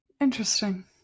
Interesting